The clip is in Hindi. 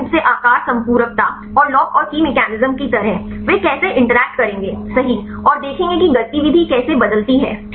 मुख्य रूप से आकार संपूरकता और लॉक और की मैकेनिज्म की तरह वे कैसे इंटरैक्ट करेंगे सही और देखेंगे कि गतिविधि कैसे बदलती है